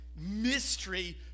mystery